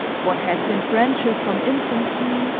what had been friendship from infancy,